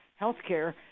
Healthcare